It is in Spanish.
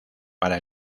para